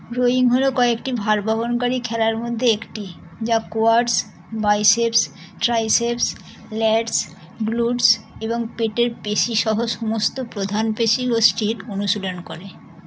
rowing হল কয়েকটি ভারবহনকারী খেলার মধ্যে একটি যা quads biceps triceps lats glutes এবং পেটের পেশি সহ সমস্ত প্রধান পেশি গোষ্ঠীর অনুশীলন করে